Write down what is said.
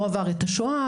הוא עבר את השואה.